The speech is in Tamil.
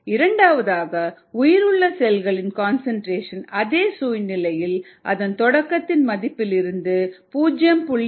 b இரண்டாவதாக உயிருள்ள செல்களின் கன்சன்ட்ரேஷன் அதே சூழ்நிலையில் அதன் தொடக்க மதிப்பில் இருந்து 0